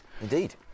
Indeed